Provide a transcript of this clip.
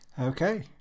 okay